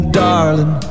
darling